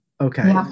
Okay